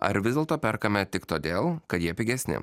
ar vis dėlto perkame tik todėl kad jie pigesni